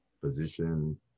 position